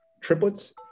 triplets